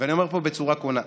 ואני אומר פה בצורה כנה,